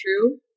true